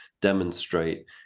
demonstrate